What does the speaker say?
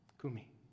Kumi